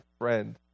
friend